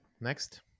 Next